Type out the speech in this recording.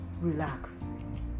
relax